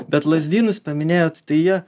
bet lazdynus paminėjot tai jie